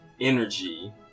energy